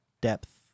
depth